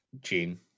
Gene